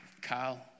Kyle